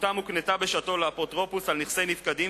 שזכותם הוקנתה בשעתה לאפוטרופוס על נכסי נפקדים,